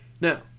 Now